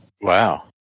Wow